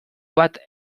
bat